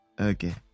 Okay